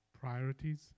Priorities